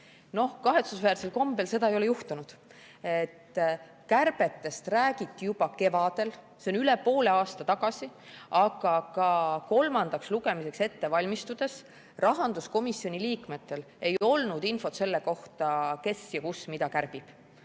Kahetsusväärsel kombel seda ei ole juhtunud. Kärbetest räägiti juba kevadel – see on üle poole aasta tagasi. Aga ka kolmandaks lugemiseks valmistudes rahanduskomisjoni liikmetel ei olnud infot selle kohta, kes ja kus mida kärbib.